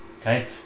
Okay